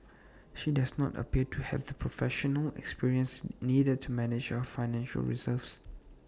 she does not appear to have the professional experience needed to manage our financial reserves